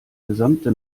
gesamte